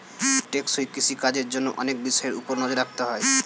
টেকসই কৃষি কাজের জন্য অনেক বিষয়ের উপর নজর রাখতে হয়